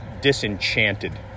disenchanted